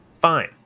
Fine